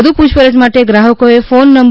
વધુ પુછપરછ માટે ગ્રાહકોએ ફોન નં